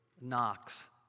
knocks